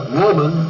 woman